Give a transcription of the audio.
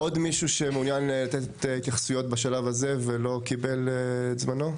עוד מישהו שמעוניין לתת התייחסויות בשלב הזה ולא קיבל את זמנו?